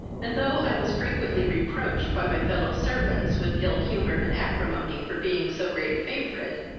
and, though i was frequently reproached by my fellow-servants, with ill-humour and acrimony, for being so great a favourite,